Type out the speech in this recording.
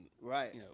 Right